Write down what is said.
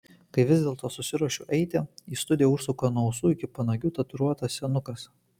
kai vis dėlto susiruošiu eiti į studiją užsuka nuo ausų iki panagių tatuiruotas senukas